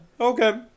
okay